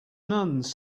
nuns